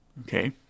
Okay